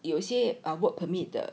有些 err work permit 的